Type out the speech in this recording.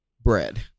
Bread